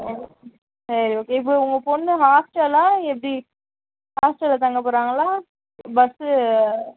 ஆ சரி ஓகே இப்போ உங்கள் பொண்ணு ஹாஸ்டலா எப்படி ஹாஸ்டலில் தங்க போறாங்களா பஸ்சு